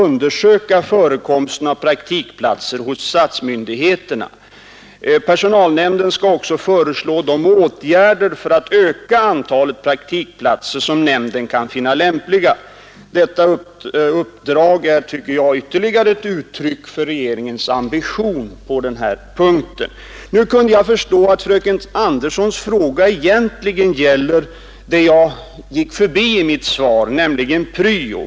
praktikplatser undersöka förekomsten av praktikplatser hos statsmyndigheterna. Perför skolungdom sonalnämnden skall också föreslå åtgärder, som nämnden kan finna Vid statliga verk lämpliga, för att öka antalet praktikplatser. Detta uppdrag är, tycker jag, ytterligare ett uttryck för regeringens ambition på den här punkten. Nu kunde jag förstå att fröken Anderssons fråga egentligen gäller det jag gick förbi i mitt svar, nämligen pryo.